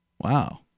Wow